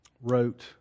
wrote